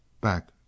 back